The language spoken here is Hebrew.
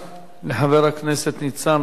לחבר הכנסת ניצן הורוביץ.